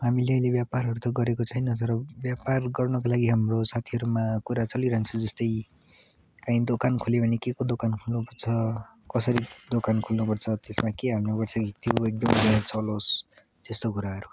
हामीले अहिले व्यापारहरू त गरेको छैन तर व्यापार गर्नको लागि हाम्रो साथीहरूमा कुरा चलिरहन्छ जस्तै कहीँ दोकान खोल्यो भने के को दोकान खोल्नु पर्छ कसरी दोकान खोल्नु पर्छ त्यसमा के हाल्नु पर्छ कि त्यो एकदम राम्रो चलोस् त्यस्तो कुराहरू